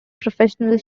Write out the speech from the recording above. professional